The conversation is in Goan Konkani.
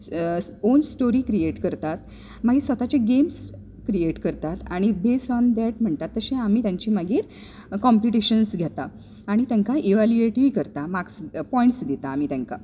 ओन स्टोरी क्रियेट करतात मागीर स्वाताचे गेम्स क्रियेट करतात आनी बेज्ड ऑन डॅट म्हणटात तशें आमी तांची मागीर कॉम्पिटीशन घेतात आनी तांकां इवालुएटी करता मार्क्स दिता पॉयंट्स दिता आमी तांकां